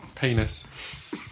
penis